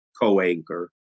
co-anchor